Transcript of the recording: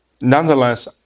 nonetheless